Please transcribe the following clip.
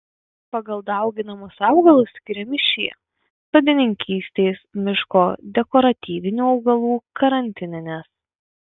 pagal dauginamus augalus skiriami šie sodininkystės miško dekoratyvinių augalų karantininis